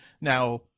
now